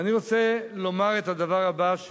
ואני רוצה לומר את הדבר הבא,